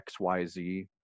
XYZ